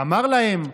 אמר להם: